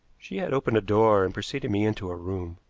she had opened a door and preceded me into a room,